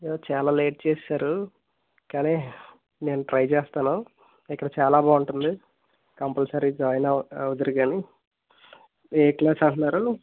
అయ్యో చాలా లేట్ చేసేసారు కానీ నేను ట్రై చేస్తాను ఇక్కడ చాలా బాగుంటుంది కంపల్సరీ జాయిన్ అవు అవుదురు కాని ఏ క్లాస్ అంటున్నారు